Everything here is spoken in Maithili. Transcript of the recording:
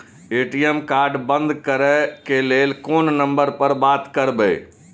ए.टी.एम कार्ड बंद करे के लेल कोन नंबर पर बात करबे?